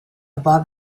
above